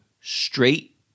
straight